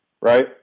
right